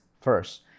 first